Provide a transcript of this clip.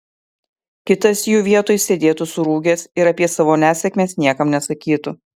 kitas jų vietoj sėdėtų surūgęs ir apie savo nesėkmes niekam nesakytų